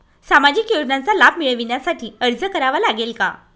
सामाजिक योजनांचा लाभ मिळविण्यासाठी अर्ज करावा लागेल का?